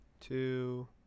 two